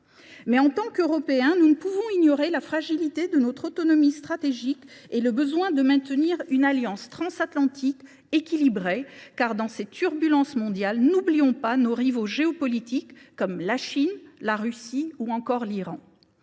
En tant qu’Européens, nous ne pouvons ignorer la fragilité de notre autonomie stratégique et notre besoin de maintenir une alliance transatlantique équilibrée. Au milieu des turbulences mondiales, nous ne devons pas oublier nos rivaux géopolitiques que sont la Chine, la Russie ou encore l’Iran.